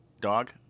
dog